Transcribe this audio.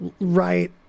right